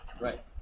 Right